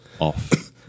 off